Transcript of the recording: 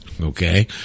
Okay